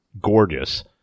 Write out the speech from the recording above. gorgeous